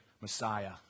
Messiah